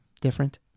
different